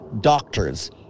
Doctors